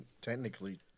technically